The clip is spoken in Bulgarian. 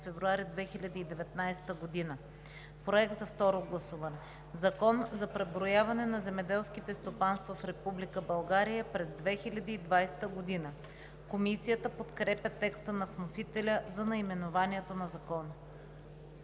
февруари 2019 г.“ Проект за второ гласуване. „Закон за преброяване на земеделските стопанства в Република България през 2020 г.“ Комисията подкрепя текста на вносителя за наименованието на Закона.